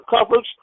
coverage